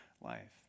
life